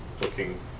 looking